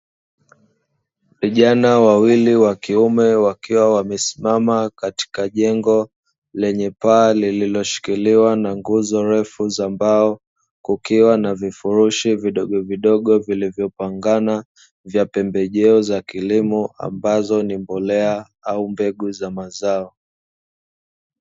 Vijana wawili wakiume wakiwa wamesimama katika jengo lenye paa lililoshikiliwa na nguzo ndefu za mbao, kukiwa na vifurushi vidogo vidogo vilivyopangana vya pembejeo za kilimo ambazo ni mbolea au mbegu za mazao.